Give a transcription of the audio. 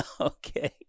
Okay